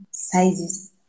sizes